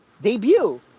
debut